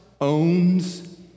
owns